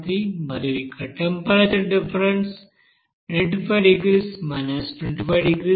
3 మరియు ఇక్కడ temperature difference 950 250